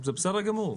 זה בסדר גמור.